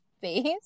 face